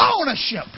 Ownership